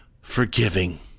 forgiving